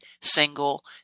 single